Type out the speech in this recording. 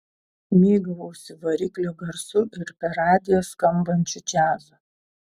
mėgavausi variklio garsu ir per radiją skambančiu džiazu